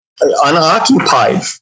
unoccupied